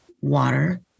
water